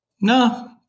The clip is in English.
no